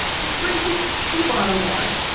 which brings us to the bottom line.